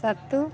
सत्तू